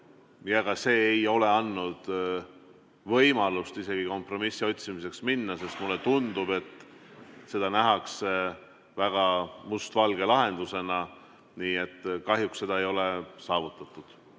aga see ei ole andnud võimalust isegi kompromissi otsimisele minna. Mulle tundub, et seda nähakse väga mustvalge lahendusena. Nii et kahjuks seda [kompromissi] ei ole saavutatud.